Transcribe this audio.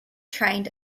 trained